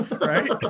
Right